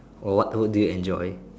or what what do you enjoy